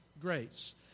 grace